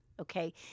Okay